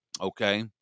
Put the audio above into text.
okay